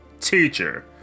Teacher